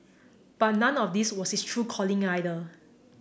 but none of this was his true calling either